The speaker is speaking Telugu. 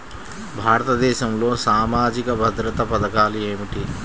భారతదేశంలో సామాజిక భద్రతా పథకాలు ఏమిటీ?